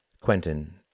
Quentin